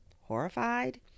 horrified